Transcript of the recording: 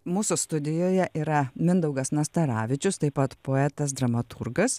mūsų studijoje yra mindaugas nastaravičius taip pat poetas dramaturgas